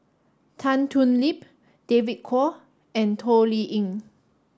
Tan Thoon Lip David Kwo and Toh Liying